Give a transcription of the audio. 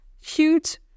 Cute